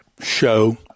show